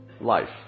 life